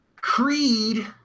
creed